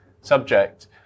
subject